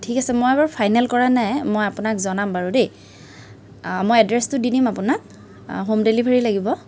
ঠিক আছে মই বাৰু ফাইনেল কৰা নাই মই আপোনাক জনাম বাৰু দেই মই এড্ৰেছটো দি দিম আপোনাক হোম ডেলিভাৰী লাগিব